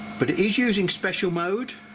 but it is using special mode,